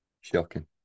Shocking